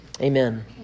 Amen